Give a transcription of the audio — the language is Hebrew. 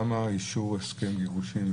למה אישור הסכם גירושין,